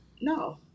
No